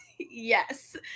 Yes